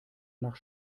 nach